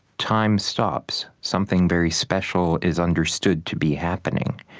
time stops. something very special is understood to be happening.